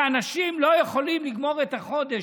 ואנשים לא יכולים לגמור את החודש.